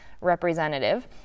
representative